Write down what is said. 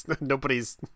nobody's